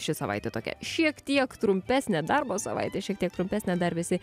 ši savaitė tokia šiek tiek trumpesnė darbo savaitė šiek tiek trumpesnė dar vis